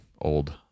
old